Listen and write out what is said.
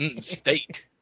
state